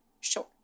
sure